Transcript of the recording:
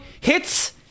hits